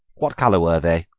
what colour were they?